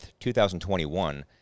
2021